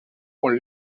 con